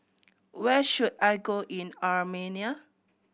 where should I go in Armenia